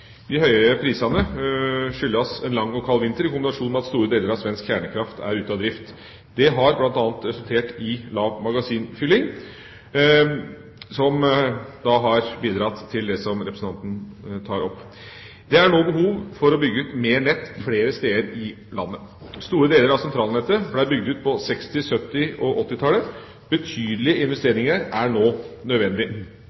De høye prisene skyldes en lang og kald vinter i kombinasjon med at store deler av svensk kjernekraft er ute av drift. Det har bl.a. resultert i lav magasinfylling, noe som har bidratt til det som representanten tar opp. Det er nå behov for å bygge ut mer nett flere steder i landet. Store deler av sentralnettet ble bygd ut på 1960-, 1970- og 1980-tallet, og betydelige